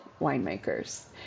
winemakers